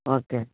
okay